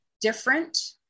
different